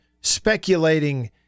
speculating